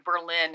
Berlin